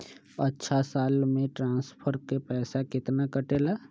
अछा साल मे ट्रांसफर के पैसा केतना कटेला?